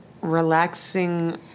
Relaxing